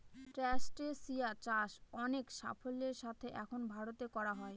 ট্রাস্টেসিয়া চাষ অনেক সাফল্যের সাথে এখন ভারতে করা হয়